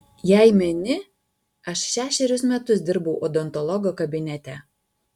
jei meni aš šešerius metus dirbau odontologo kabinete